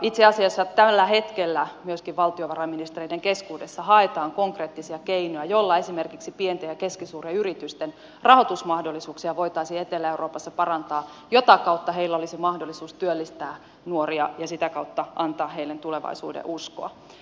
itse asiassa tällä hetkellä myöskin valtiovarainministereiden keskuudessa haetaan konkreettisia keinoja joilla esimerkiksi pienten ja keskisuurten yritysten rahoitusmahdollisuuksia voitaisiin etelä euroopassa parantaa mitä kautta niillä olisi mahdollisuus työllistää nuoria ja siten antaa heille tulevaisuudenuskoa